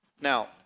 now